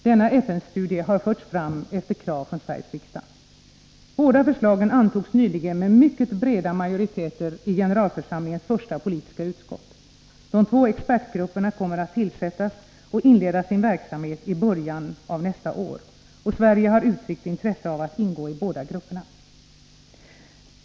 Denna FN-studie har förts fram efter krav från Sveriges riksdag. Båda förslagen antogs nyligen med mycket breda majoriteter i generalförsamlingens första politiska utskott. De två expertgrupperna kommer att tillsättas och inleda sin verksamhet i början av nästa år. Sverige har uttryckt intresse av att ingå i båda grupperna.